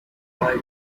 boy